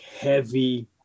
heavy